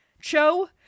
Cho